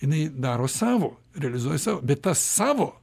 jinai daro savo realizuoja savo bet tas savo